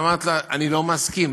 ואמרתי לה: אני לא מסכים,